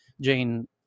Jane